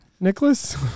Nicholas